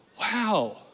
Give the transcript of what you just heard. Wow